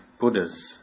Buddhas